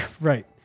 Right